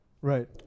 right